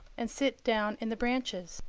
and sit down in the branches.